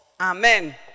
Amen